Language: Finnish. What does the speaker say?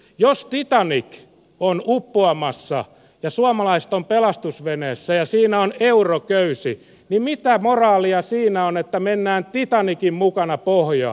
jos titanic on uppoamassa ja suomalaiset ovat pelastusveneessä ja siinä on euroköysi niin mitä moraalia siinä on että mennään titanicin mukana pohjaan